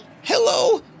Hello